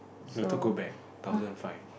you go to back thousand five